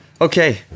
Okay